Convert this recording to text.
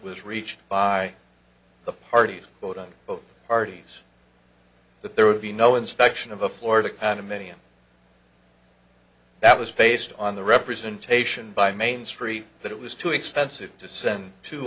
was reached by the parties vote on both parties that there would be no inspection of a florida condominium that was based on the representation by main street that it was too expensive to send t